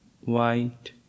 white